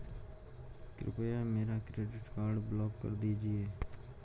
कृपया मेरा credit card block कर दीजिए